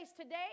today